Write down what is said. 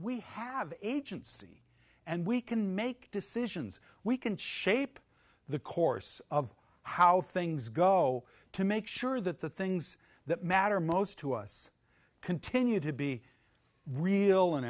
we have agency and we can make decisions we can shape the course of how things go to make sure that the things that matter most to us continue to be real an